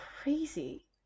Crazy